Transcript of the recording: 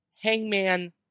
Hangman